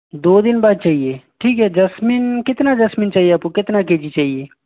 दो दिन बाद चाहिए ठीक है जैस्मिन कितना जैस्मिन चाहिए आप को कितना के जी चाहिए